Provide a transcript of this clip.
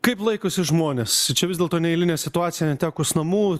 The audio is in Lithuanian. kaip laikosi žmonės čia vis dėlto neeilinė situacija netekus namų